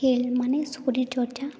ᱠᱷᱮᱞ ᱢᱟᱱᱮ ᱥᱚᱨᱤᱨ ᱪᱚᱨᱪᱟ